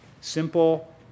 Simple